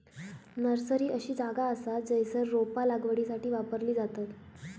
nursery अशी जागा असा जयसर रोपा लागवडीसाठी वापरली जातत